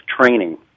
training